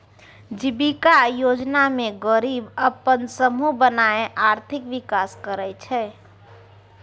जीबिका योजना मे गरीब अपन समुह बनाए आर्थिक विकास करय छै